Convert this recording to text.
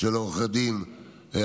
של עו"ד תומר רוזנר,